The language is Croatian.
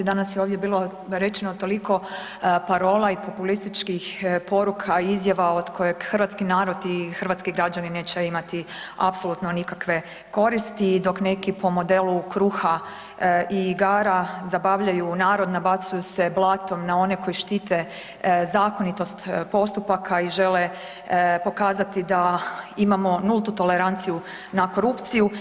Danas je ovdje bilo rečeno toliko parola i populističkih poruka i izjava od kojeg hrvatski narod i hrvatski građani neće imati apsolutno nikakve koristi i dok neki po modelu kruha i igara zabavljaju narod, nabacuju se blatom na one koji štite zakonitost postupaka i žele pokazati da imamo nultu toleranciju na korupciju.